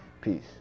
peace